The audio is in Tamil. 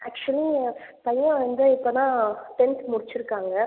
ஆக்ஷுவலி பையன் வந்து இப்போ தான் டென்த் முடிச்சுருக்காங்க